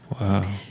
Wow